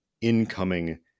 incoming